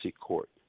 court